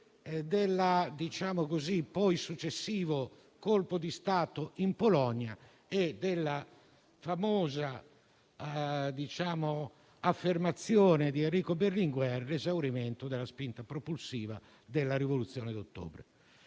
del successivo colpo di Stato in Polonia e alla famosa affermazione di Enrico Berlinguer sull'esaurimento della spinta propulsiva della rivoluzione d'ottobre.